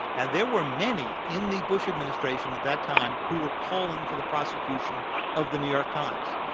now, there were many in the bush administration at that time who were calling for the prosecution of the new york times.